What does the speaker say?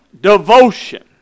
devotion